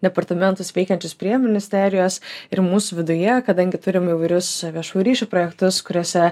departamentus veikiančius prie ministerijos ir mūsų viduje kadangi turim įvairius viešųjų ryšių projektus kuriuose